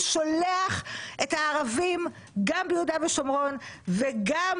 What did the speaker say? ששולח את הערבים גם ביהודה ושומרון וגם